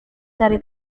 cari